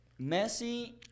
Messi